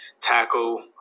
tackle